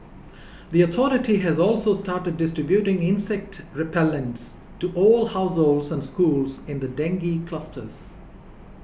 the authority has also started distributing insect repellents to all households and schools in the dengue clusters